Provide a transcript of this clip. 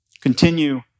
continue